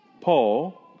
Paul